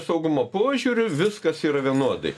saugumo požiūriu viskas yra vienodai